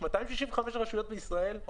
לרשות ציבורית המנויה בחלק